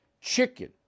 chicken